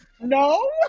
no